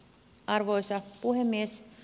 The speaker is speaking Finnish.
arvoisa puhemies